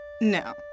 No